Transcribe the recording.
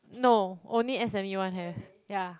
no only s_m_u one have yeah